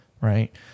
right